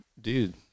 dude